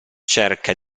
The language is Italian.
cerca